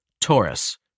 Taurus